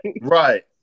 Right